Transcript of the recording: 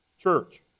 church